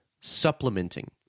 supplementing